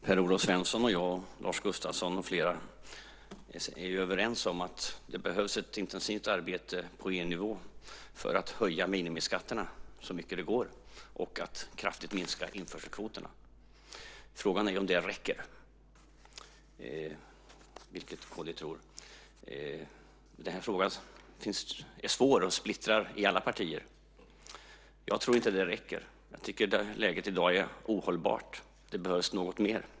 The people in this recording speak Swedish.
Herr talman! Per-Olof Svensson, jag, Lars Gustafsson med flera är överens om att det behövs ett intensivt arbete på EU-nivå för att höja minimiskatterna så mycket det går och att kraftigt minska införselkvoterna. Frågan är om det räcker. Frågan är svår och splittrar i alla partier. Jag tror inte att det räcker. Jag tycker att läget i dag är ohållbart. Det behövs något mer.